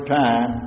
time